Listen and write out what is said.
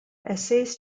essays